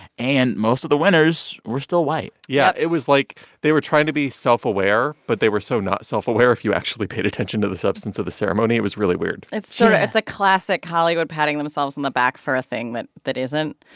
and most of the winners were still white yep yeah. it was like they were trying to be self-aware, but they were so not self-aware if you actually paid attention to the substance of the ceremony. it was really weird it's sort of it's a classic hollywood patting themselves on the back for a thing that that isn't.